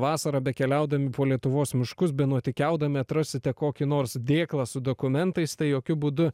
vasarą bekeliaudami po lietuvos miškus benuotykiaudami atrasite kokį nors dėklą su dokumentais tai jokiu būdu